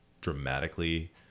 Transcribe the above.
dramatically